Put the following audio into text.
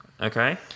Okay